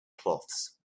cloths